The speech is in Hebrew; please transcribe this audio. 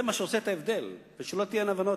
זה מה שעושה את ההבדל, ושלא תהיינה אי-הבנות.